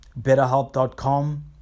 betterhelp.com